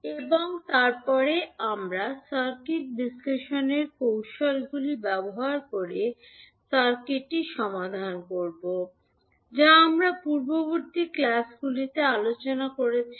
এবং তারপরে আমরা সার্কিট বিশ্লেষণ কৌশলগুলি ব্যবহার করে সার্কিটটি সমাধান করব যা আমরা পূর্ববর্তী ক্লাসগুলিতে আলোচনা করেছি